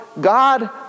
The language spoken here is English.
God